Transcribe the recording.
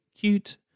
cute